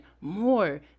more